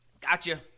Gotcha